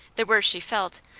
the worse she felt,